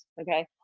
okay